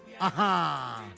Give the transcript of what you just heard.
aha